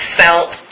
felt